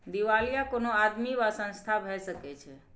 दिवालिया कोनो आदमी वा संस्था भए सकैत छै